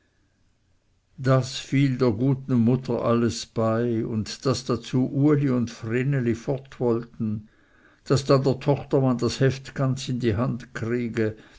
das fiel der guten mutter alles bei und daß dazu uli und vreneli fort wollten daß dann der tochtermann das heft ganz in die hand kriege